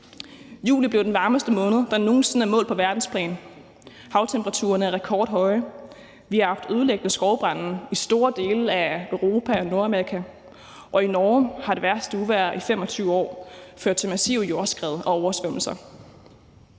Juli blev den varmeste måned, der nogen sinde er målt på verdensplan. Havtemperaturerne er rekordhøje. Vi har haft ødelæggende skovbrande i store dele af Europa og Nordamerika, og i Norge har det værste uvejr i 25 år ført til massive jordskred og oversvømmelser.